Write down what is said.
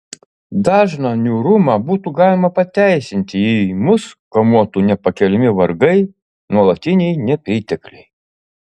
dažną niūrumą būtų galima pateisinti jei mus kamuotų nepakeliami vargai nuolatiniai nepritekliai